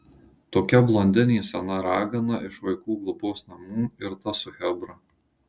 tokia blondinė sena ragana iš vaikų globos namų ir tas su chebra